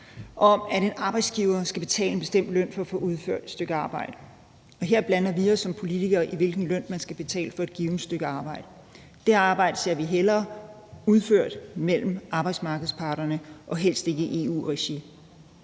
om, at en arbejdsgiver skal betale en bestemt løn for at få udført et stykke arbejde, og her blander vi os som politikere i, hvilken løn man skal betale for et givent stykke arbejde. Det arbejde ser vi hellere udført mellem arbejdsmarkedsparterne og helst ikke i EU-regi.